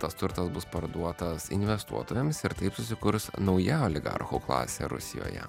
tas turtas bus parduotas investuotojams ir taip susikurs nauja oligarchų klasė rusijoje